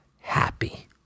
happy